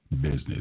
business